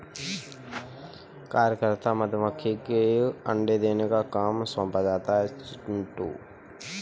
कार्यकर्ता मधुमक्खी को अंडे देने का काम सौंपा जाता है चिंटू